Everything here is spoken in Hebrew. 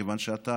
מכיוון שאתה